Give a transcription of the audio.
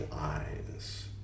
eyes